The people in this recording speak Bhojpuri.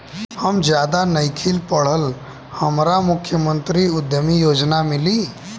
हम ज्यादा नइखिल पढ़ल हमरा मुख्यमंत्री उद्यमी योजना मिली?